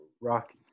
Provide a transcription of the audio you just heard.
Rocky